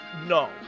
No